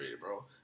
bro